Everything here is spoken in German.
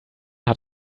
hat